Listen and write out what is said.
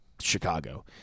Chicago